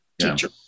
teacher